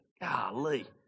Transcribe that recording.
Golly